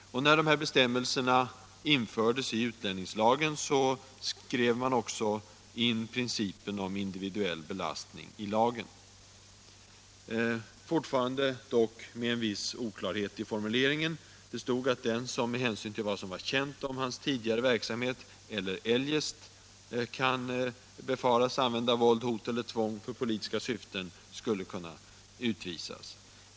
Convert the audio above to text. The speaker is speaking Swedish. När bestämmelserna infördes i utlänningslagen skrev man också in principen om individuell belastning, fortfarande dock med en viss oklarhet i formuleringen. Det stod att den som, med hänsyn till vad som var känt om vederbörandes tidigare verksamhet eller eljest, kan befaras använda våld, hot eller tvång för politiska syften skulle kunna utvisas.